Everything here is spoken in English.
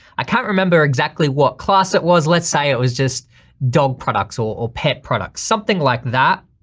i can't remember exactly what class it was, let's say it was just dog products or pet products something like that.